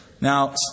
Now